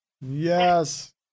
yes